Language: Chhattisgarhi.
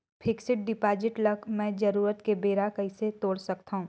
फिक्स्ड डिपॉजिट ल मैं जरूरत के बेरा कइसे तोड़ सकथव?